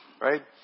right